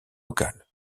local